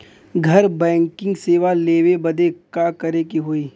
घर बैकिंग सेवा लेवे बदे का करे के होई?